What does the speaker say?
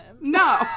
No